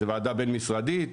זו וועדה בין משרדית,